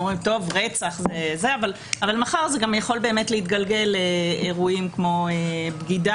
אבל מחר זה גם יכול להתגלגל לאירועים כמו בגידה.